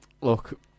Look